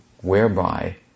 whereby